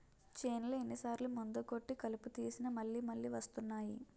చేన్లో ఎన్ని సార్లు మందులు కొట్టి కలుపు తీసినా మళ్ళి మళ్ళి వస్తున్నాయి